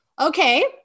Okay